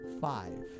five